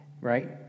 Right